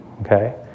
okay